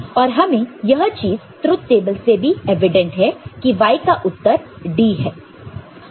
और हमें यह चीज ट्रुथ टेबल से भी एवीडेंट है की Y का उत्तर D है